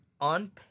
On